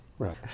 Right